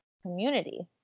community